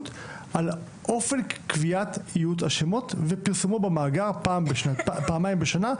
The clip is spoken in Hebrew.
על אופן קביעת איות השמות ופרסומו במאגר פעמיים בשנה,